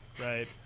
right